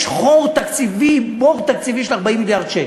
יש חור תקציבי, בור תקציבי של 40 מיליארד שקל.